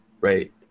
Right